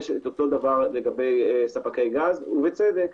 יש אותו דבר לגבי ספקי גז, ובצדק.